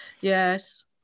yes